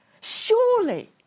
Surely